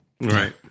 Right